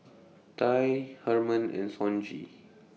Tye Herman and Sonji